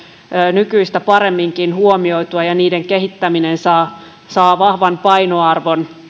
nykyistä paremmin huomioitua ja niiden kehittäminen saa saa vahvan painoarvon